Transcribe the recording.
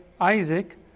Isaac